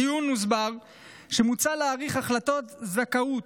בדיון הוסבר שמוצע להאריך החלטות זכאות